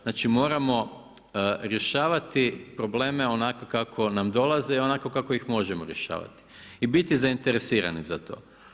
Znači moramo rješavati probleme onako kako nam dolaze i onako kako ih možemo rješavati i biti zainteresirani za to.